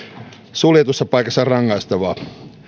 suljetussa paikassa on rangaistavaa edustaja voinko